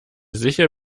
sicher